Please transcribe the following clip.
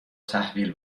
تحویل